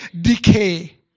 decay